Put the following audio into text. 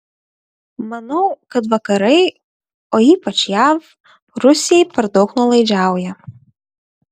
manau kad vakarai o ypač jav rusijai per daug nuolaidžiauja